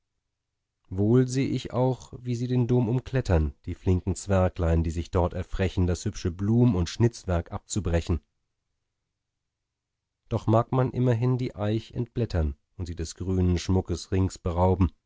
wohl seh ich auch wie sie den dom umklettern die flinken zwerglein die sich dort erfrechen das hübsche blum und schnitzwerk abzubrechen doch mag man immerhin die eich entblättern und sie des grünen schmuckes rings berauben